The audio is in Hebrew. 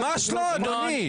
ממש לא, אדוני.